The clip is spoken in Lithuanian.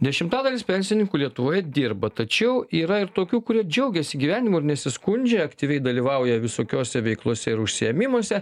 dešimtadalis pensininkų lietuvoje dirba tačiau yra ir tokių kurie džiaugiasi gyvenimu ir nesiskundžia aktyviai dalyvauja visokiose veiklose ir užsiėmimuose